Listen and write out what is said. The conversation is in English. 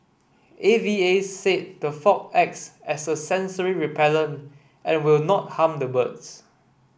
A V A said the fog acts as a sensory repellent and will not harm the birds